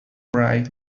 bright